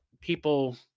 people